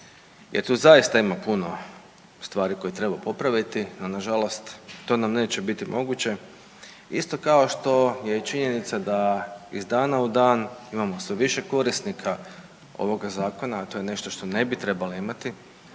jer tu zaista ima puno stvari koje treba popraviti, a nažalost to nam neće biti moguće isto kao što je i činjenica da iz dana u dan imamo sve više korisnika ovoga zakona, a to je nešto što ne bi trebali imati